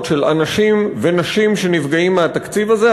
של אנשים ונשים שנפגעים מהתקציב הזה.